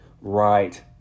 right